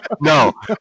No